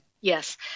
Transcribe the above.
Yes